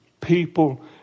people